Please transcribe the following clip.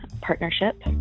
partnership